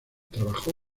trabajó